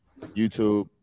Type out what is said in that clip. YouTube